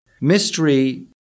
Mystery